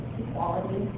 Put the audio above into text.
equality